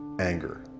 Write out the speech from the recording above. anger